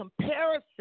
comparison